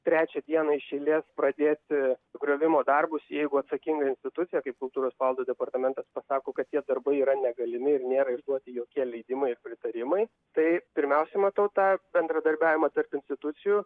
trečią dieną iš eilės pradėti griovimo darbus jeigu atsakinga institucija kaip kultūros paveldo departamentas pats sako kad tie darbai yra negalimi ir nėra išduoti jokie leidimai ir pritarimai tai pirmiausia matau tą bendradarbiavimą tarp institucijų